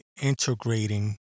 integrating